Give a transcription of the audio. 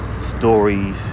stories